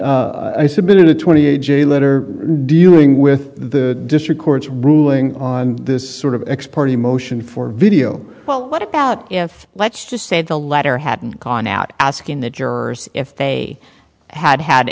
and i submitted a twenty a j letter dealing with the district court's ruling on this sort of ex party motion for video well what about if let's just say the letter hadn't gone out asking the jurors if they had had